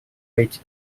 rate